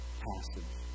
passage